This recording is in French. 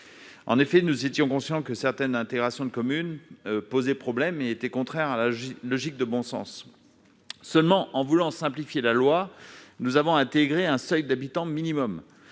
En effet, nous étions conscients que certaines intégrations de communes posaient problème et étaient contraires à une logique de bon sens. Seulement, en voulant simplifier la loi, nous avons intégré un seuil d'habitants minimum